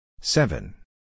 Seven